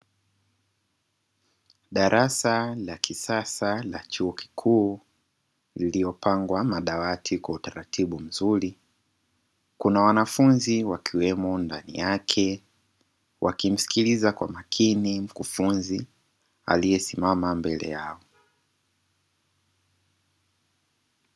Darasa la kisasa la chuo kikuu lililopangwa madawati kwa utaratibu mzuri, kuna wanafunzi wakiemo ndani yake. Wakimsikiliza kwa umakini mkufunzi aliyesimama mbele yao.